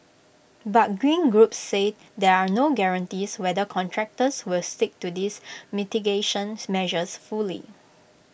but green groups say there are no guarantees whether contractors will stick to these mitigation measures fully